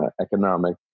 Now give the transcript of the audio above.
economic